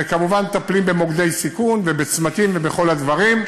וכמובן מטפלים במוקדי סיכון ובצמתים ובכל הדברים,